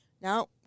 Now